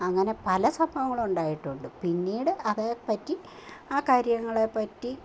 അങ്ങനെ പല സംഭവങ്ങളും ഉണ്ടായിട്ടുണ്ട് പിന്നീട് അതേ പറ്റി ആ കാര്യങ്ങളെ പറ്റി